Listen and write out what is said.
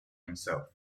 himself